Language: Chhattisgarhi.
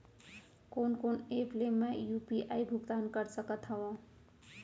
कोन कोन एप ले मैं यू.पी.आई भुगतान कर सकत हओं?